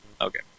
okay